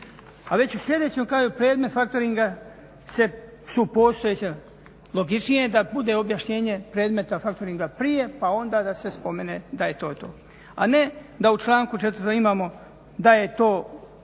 a već u sljedećem kaže predmet factoringa su postojeća, logičnije je da bude objašnjenje predmeta factoringa prije pa onda se spomene to je to. A ne da u članku 4.imamo da je to